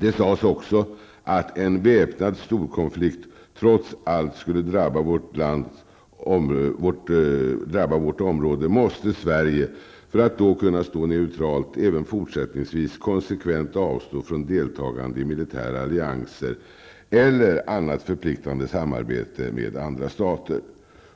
Det sades också att ''om en väpnad storkonflikt trots allt skulle drabba vårt område måste Sverige, för att då kunna stå neutralt, även fortsättningsvis konsekvent avstå från deltagande i militära allianser eller annat förpliktande samarbete med andra stater''.